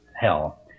hell